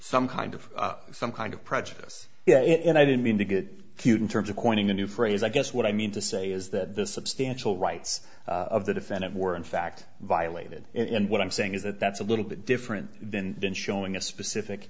some kind of some kind of prejudice it and i didn't mean to get cute in terms of coining a new phrase i guess what i mean to say is that the substantial rights of the defendant were in fact violated and what i'm saying is that that's a little bit different than than showing a specific